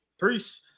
Peace